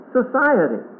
society